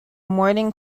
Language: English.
morning